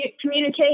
communicate